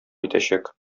итәчәк